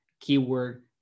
keyword